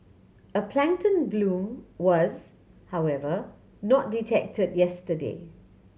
a plankton bloom was however not detected yesterday